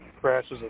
crashes